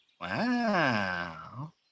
Wow